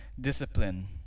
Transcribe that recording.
discipline